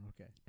Okay